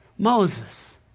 Moses